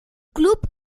club